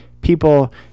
people